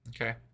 okay